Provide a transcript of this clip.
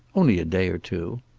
only a day or two.